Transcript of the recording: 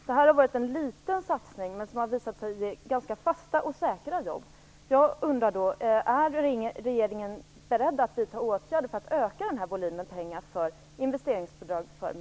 Detta är en liten satsning, som har visat sig ge ganska fasta och säkra jobb.